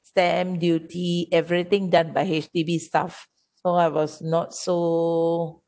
stamp duty everything done by H_D_B staff so I was not so